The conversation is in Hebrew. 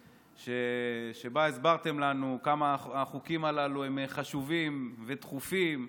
שבה הסברתם לנו כמה החוקים הללו הם חשובים ודחופים,